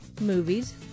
movies